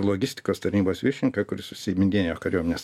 logistikos tarnybos viršininką kuris užsiiminėjo kariuomenės